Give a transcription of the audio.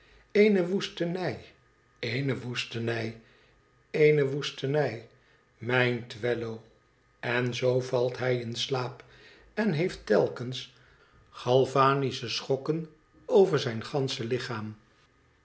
eene woestenij eene woestenij eene woestenij mijn twemlow en zoo valt hij in slaapt en heeft telkens galvanische schokken over zijn gansche lichaam